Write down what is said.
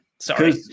Sorry